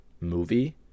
movie